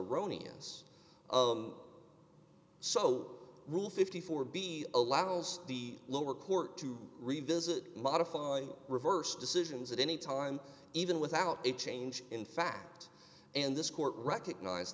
erroneous so rule fifty four dollars b allows the lower court to revisit modify reverse decisions at any time even without a change in fact and this court recognize